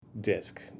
disc